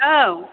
औ